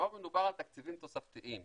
מדובר על תקציבים תוספתיים.